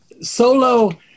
solo